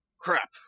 Crap